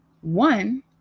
one